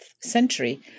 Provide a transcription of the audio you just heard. century